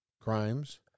crimes